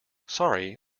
sorry